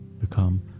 become